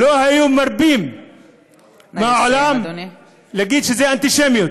לא היו מרפים מהעולם ואומרים שזו אנטישמיות.